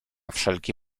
wszelki